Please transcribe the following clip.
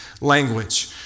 language